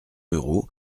ruraux